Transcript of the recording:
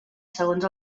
segons